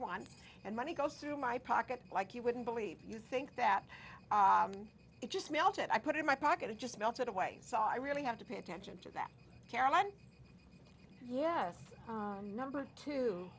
one and money goes through my pocket like you wouldn't believe you think that it just melted i put in my pocket and just melted away saw i really have to pay attention to that caroline yes number two